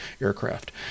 aircraft